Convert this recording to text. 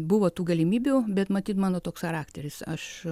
buvo tų galimybių bet matyt mano toks charakteris aš